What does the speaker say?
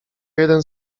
jeden